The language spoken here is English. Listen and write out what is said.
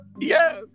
Yes